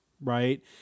right